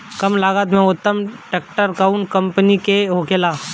कम लागत में उत्तम ट्रैक्टर कउन कम्पनी के होखेला?